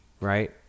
Right